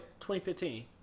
2015